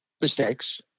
mistakes